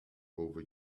over